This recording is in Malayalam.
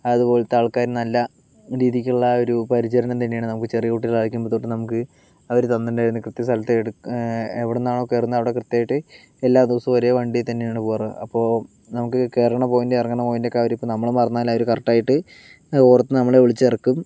അതുപോലത്തെ ആൾക്കാർ നല്ല രീതിക്കുള്ള ഒരു പരിചരണം തന്നെയാണ് നമുക്ക് ചെറിയ കുട്ടികളായിരിക്കുമ്പോൾ തൊട്ട് നമുക്ക് അവർ തന്നിട്ടുണ്ടായിരുന്നു കൃത്യ സ്ഥലത്ത് എവിടുന്നാണോ കയറുന്നേ അവിടെ കൃത്യമായിട്ട് എല്ലാ ദിവസവും ഒരേ വണ്ടിയിൽ തന്നെയാണ് പോകാറ് അപ്പോൾ നമുക്ക് കേറണ പോയിൻറ്റ് ഇറങ്ങണ പോയിൻറ്റ് ഒക്കെ നമ്മൾ മറന്നാലും അവർ കറക്റ്റായിട്ട് ഓർത്ത് നമ്മളെ വിളിച്ചിറക്കും